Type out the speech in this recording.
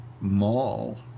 mall